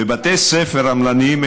בבתי ספר עמלניים,